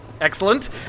excellent